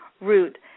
route